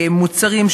במוצרים,